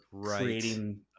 creating